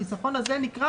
החיסכון הזה נקרא